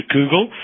Google